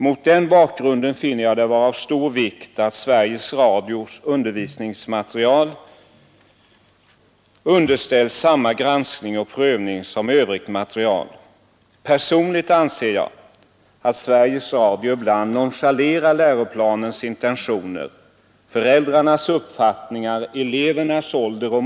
Mot den bakgrunden finner jag det vara av stor vikt att Sveriges Radios undervisningsmaterial underställs samma granskning och prövning som övrigt material. Det bör gälla alla ämnen men inte minst sådana som enligt läroplanen anses som särskilt känsliga och där man bör visa stor hänsyn till eleverna.